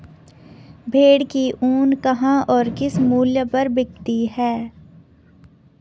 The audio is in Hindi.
भेड़ की ऊन कहाँ और किस मूल्य पर बिकती है?